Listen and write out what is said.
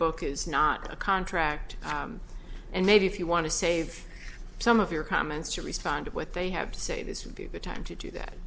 book is not a contract and maybe if you want to save some of your comments to respond to what they have to say this would be the time to do that